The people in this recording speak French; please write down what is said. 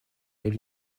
est